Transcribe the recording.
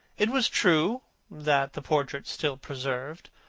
it was true that the portrait still preserved,